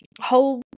whole